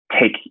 take